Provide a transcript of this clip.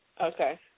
Okay